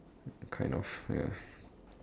kind of ya